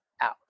out